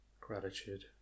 gratitude